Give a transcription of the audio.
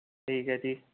ਠੀਕ ਹੈ ਜੀ